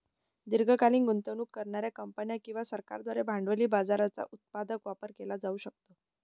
दीर्घकालीन गुंतवणूक करणार्या कंपन्या किंवा सरकारांद्वारे भांडवली बाजाराचा उत्पादक वापर केला जाऊ शकतो